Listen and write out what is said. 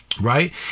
right